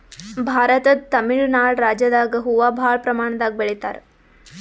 ಭಾರತದ್ ತಮಿಳ್ ನಾಡ್ ರಾಜ್ಯದಾಗ್ ಹೂವಾ ಭಾಳ್ ಪ್ರಮಾಣದಾಗ್ ಬೆಳಿತಾರ್